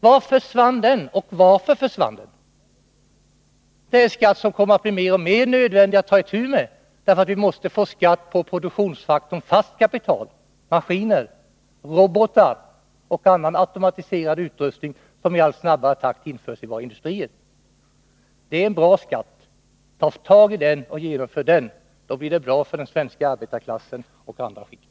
Vart försvann den, och varför försvann den? Det är en skatt som kommer att bli mer och mer nödvändig att ta itu med, för vi måste få en skatt på produktionsfaktorn fast kapital: maskiner, robotar och annan automatiserad utrustning som i allt snabbare takt införs i våra industrier. Det är en bra skatt. Genomför den! Då blir det bra för den svenska arbetarklassen och för andra skikt.